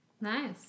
Nice